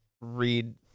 read